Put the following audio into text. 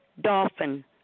dolphin